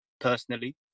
personally